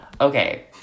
Okay